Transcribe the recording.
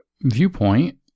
viewpoint